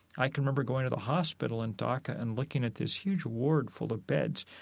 i can remember going to the hospital in dhaka and looking at this huge ward full of beds,